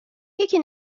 یکی